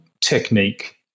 technique